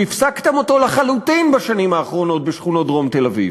שהפסקתם אותו לחלוטין בשנים האחרונות בשכונות דרום תל-אביב.